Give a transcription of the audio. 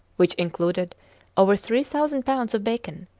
which included over three thousand pounds of bacon,